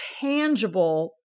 tangible